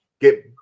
get